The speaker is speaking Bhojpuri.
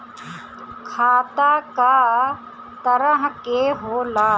खाता क तरह के होला?